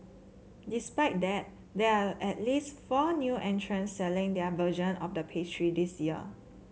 despite that there are at least four new entrants selling their version of the pastry this year